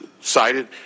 cited